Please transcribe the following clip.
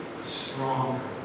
stronger